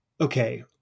Okay